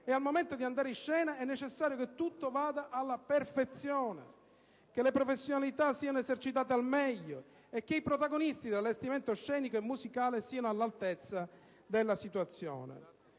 e al momento di andare in scena è necessario che tutto vada alla perfezione, che le professionalità siano esercitate al meglio e che i protagonisti dell'allestimento scenico e musicale siano all'altezza della situazione.